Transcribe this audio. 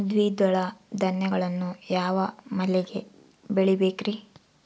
ದ್ವಿದಳ ಧಾನ್ಯಗಳನ್ನು ಯಾವ ಮಳೆಗೆ ಬೆಳಿಬೇಕ್ರಿ?